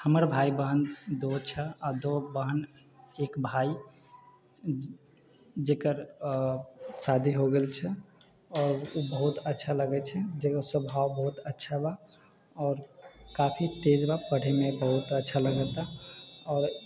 हमर भाय बहिन दो छै आओर दो बहिन एक भाय जकर शादी हो गेल छै आओर उ बहुत अच्छा लगै छै जकर स्वभाव बहुत अच्छा बा आओर काफी तेज बा पढ़ैमे बहुत अच्छा लगऽ ता आओर